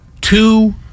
Two